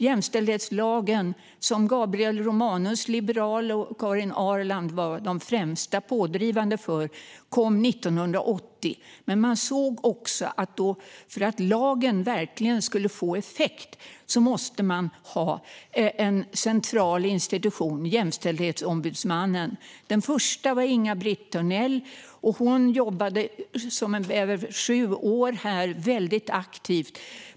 Jämställdhetslagen, som liberalerna Gabriel Romanus och Karin Ahrland var de främsta pådrivarna för, kom 1980. Man såg dock att för att lagen verkligen skulle få effekt måste man ha en central institution - Jämställdhetsombudsmannen. Den första var Inga-Britt Törnell, som jobbade aktivt här under sju år.